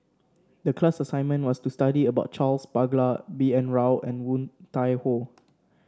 the class assignment was to study about Charles Paglar B N Rao and Woon Tai Ho